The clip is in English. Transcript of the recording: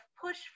push